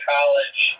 College